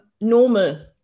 normal